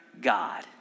God